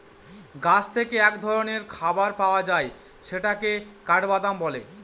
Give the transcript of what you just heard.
গাছ থেকে এক ধরনের খাবার পাওয়া যায় যেটাকে কাঠবাদাম বলে